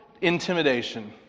intimidation